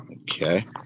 Okay